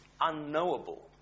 unknowable